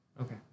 Okay